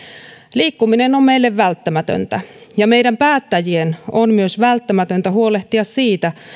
liikkuminen on meille välttämätöntä ja meidän päättäjien on myös välttämätöntä huolehtia siitä